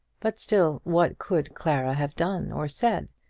but still what could clara have done or said?